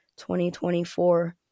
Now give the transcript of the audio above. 2024